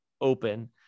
open